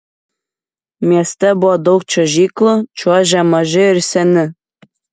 mieste buvo daug čiuožyklų čiuožė maži ir seni